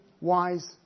wise